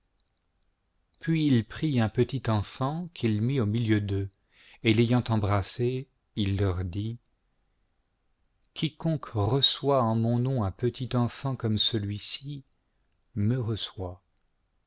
puis il prit un petit enfant qu'il mit au milieu d'eux et l'ayant embrassé il leur dit quiconque reçoit en mon nom un petit enfant comme celui-ci me reçoit